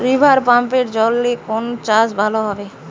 রিভারপাম্পের জলে কোন চাষ ভালো হবে?